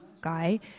guy